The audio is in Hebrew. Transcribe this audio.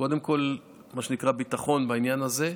קודם כול מה שנקרא ביטחון בעניין הזה,